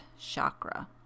chakra